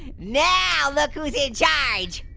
now look who's in charge!